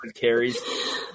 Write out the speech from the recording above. carries